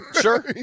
Sure